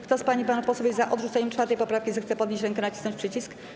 Kto z pań i panów posłów jest za odrzuceniem 4. poprawki, zechce podnieść rękę i nacisnąć przycisk.